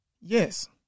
yes